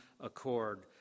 accord